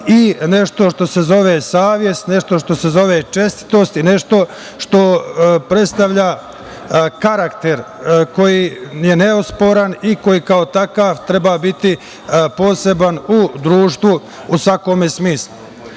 i nešto što se zove savest, nešto što se zove čestitost i nešto što predstavlja karakter koji je neosporan i koji kao takav treba biti poseban u društvu u svakom smislu. Naravno